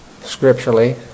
Scripturally